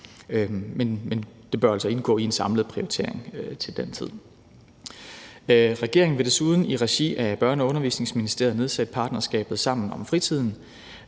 Men det bør altså indgå i en samlet prioritering til den tid. Regeringen vil desuden i regi af Børne- og Undervisningsministeriet nedsætte partnerskabet Sammen om fritiden,